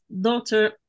daughter